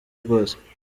bwose